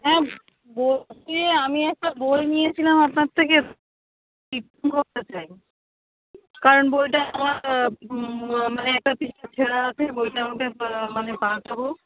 হ্যাঁ বলছি আমি একটা বই নিয়েছিলাম আপনার থেকে করতে চাই কারণ বইটা আমার মানে এক পেজ ছেঁড়া আছে বইটা আমাকে মানে পাল্টাবো